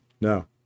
No